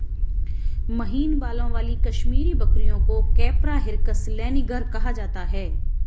महीन बालों वाली कश्मीरी बकरियों को कैपरा हिरकस लैनिगर कहा जाता है